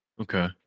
Okay